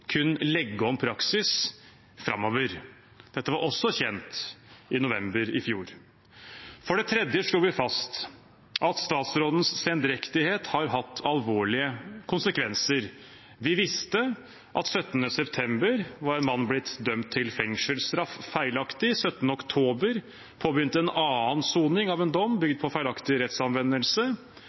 kun legge om praksis framover. Dette var også kjent i november i fjor. For det tredje slo vi fast at statsrådens sendrektighet har hatt alvorlige konsekvenser. Vi visste at 17. september var en mann blitt dømt til fengselsstraff feilaktig, 17. oktober påbegynte en annen soning av en dom bygd på feilaktig rettsanvendelse,